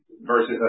versus